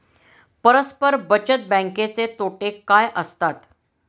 परस्पर बचत बँकेचे तोटे काय असतात?